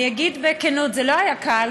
אני אגיד בכנות: זה לא היה קל,